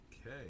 Okay